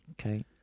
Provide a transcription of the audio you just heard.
okay